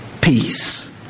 peace